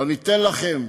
לא ניתן לכם.